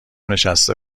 نشسته